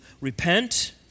repent